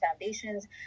foundations